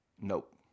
Nope